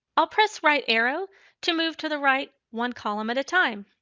i'll press right arrow to move to the right one column at a time.